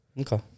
Okay